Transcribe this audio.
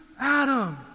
Adam